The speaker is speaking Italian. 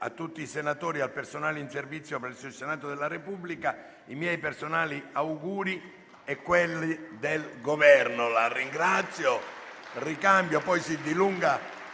a tutti i senatori e al personale in servizio presso il Senato della Repubblica i miei personali auguri e quelli del Governo». La ringrazio e ricambio.